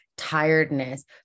tiredness